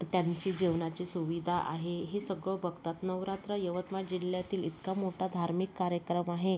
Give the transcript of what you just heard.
त्यांची जेवणाची सुविधा आहे हे सगळं बघतात नवरात्र यवतमाळ जिल्ह्यातील इतका मोठा धार्मिक कार्यक्रम आहे